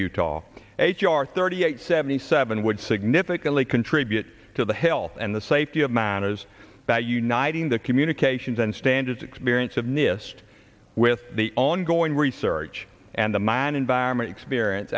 utah h r thirty eight seventy seven would significantly contribute to the health and the safety of manners that uniting the communications and standards experience of nist with the ongoing research and the man environment experience